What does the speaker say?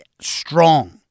strong